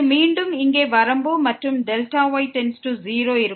மீண்டும் இங்கே வரம்பு இருக்கும் மற்றும் Δy→0 இருக்கும்